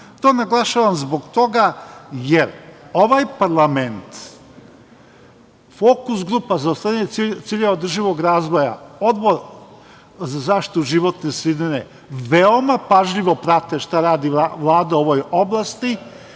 To naglašavam zbog toga jer ovaj parlament, fokus grupa za ostvarivanje ciljeva održivog razvoja za zaštitu životne sredine veoma pažljivo prate šta radi Vlada u ovoj oblasti